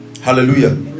Hallelujah